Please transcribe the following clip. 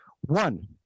one